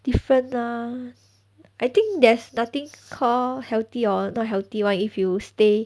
different lah I think there's nothing called healthy or not healthy [one] if you stay